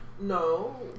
No